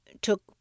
took